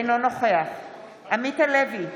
אינו נוכח עמית הלוי,